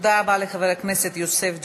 תודה רבה לחבר הכנסת יוסף ג'בארין.